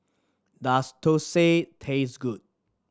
does thosai taste good